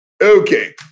Okay